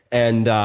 and